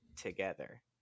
together